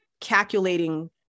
calculating